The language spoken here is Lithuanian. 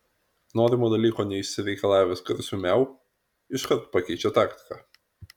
norimo dalyko neišsireikalavęs garsiu miau iškart pakeičia taktiką